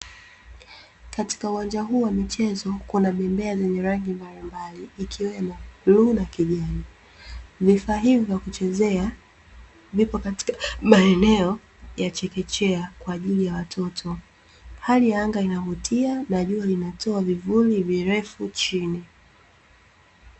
Katika uwanja huu wa michezo, kuna bembea zenye rangi mbalimbali, ikiwemo; bluu na kijani. Vifaa hivi vya kuchezea vipo katika maeneo ya chekechea kwa ajili ya watoto. Hali ya anga inavutia na jua linatoa vivuli virefu chini.